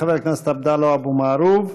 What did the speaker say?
חבר הכנסת עבדאללה אבו מערוף,